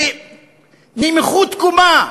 בנמיכות קומה,